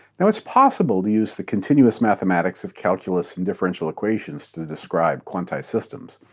now it is possible to use the continuous mathematics of calculus and differential equations to describe quantized systems.